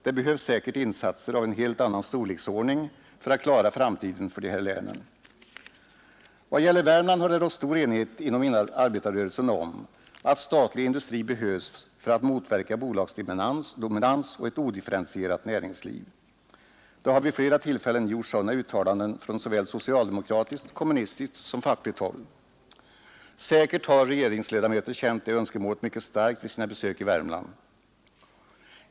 Det behövs säkert insatser av en helt annan storleksordning för att klara framtiden för dessa län. I vad gäller Värmland har det inom arbetarrörelsen rått stor enighet om att statlig industri behövs för att motverka bolagsdominans och ett odifferentierat näringsliv. Det har vid flera tillfällen gjorts sådana uttalanden från såväl socialdemokratiskt som från kommunistiskt och fackligt håll. Säkert har regeringsledamöter också känt det önskemålet mycket starkt vid sina besök i Värmland.